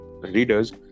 readers